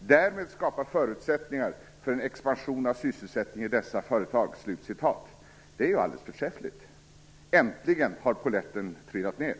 "därmed skapa förutsättningar för en expansion av sysselsättningen i dessa företag". Detta är ju alldeles förträffligt! Äntligen har polletten trillat ner!